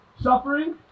suffering